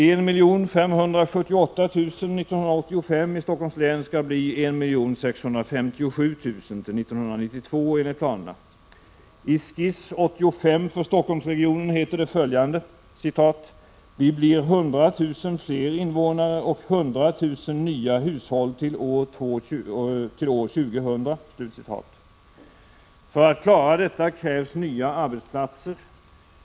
1 578 000 år 1985 i Stockholms län skall bli 1 657 000 år 1992 enligt planerna. I Skiss-85 för Stockholmsregionen heter det följande: ”Vi blir 100 000 fler invånare och 100 000 nya hushåll till år 2000.” För att klara detta krävs nya arbetsplatser.